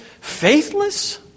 faithless